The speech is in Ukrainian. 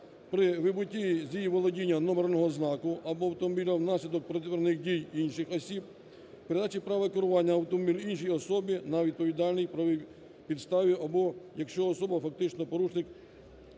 при вибутті з її володіння номерного знаку або автомобіля, в наслідок протиправних дій інших осіб, передачі права керування автомобілем іншій особі на відповідальній правовій підставі, або якщо особа, фактично порушник,